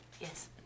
Yes